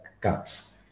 gaps